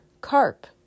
carp